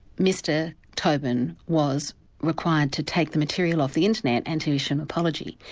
mr toben was required to take the material off the internet, and to issue an apology.